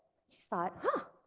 she thought huh,